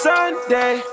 Sunday